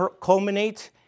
culminate